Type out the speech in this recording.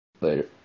Later